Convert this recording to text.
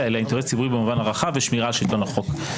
אלא אינטרס ציבורי במובן הרחב ושמירה על שלטון החוק.